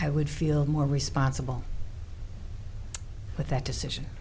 i would feel more responsible with that decision